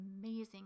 amazing